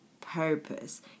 purpose